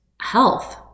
health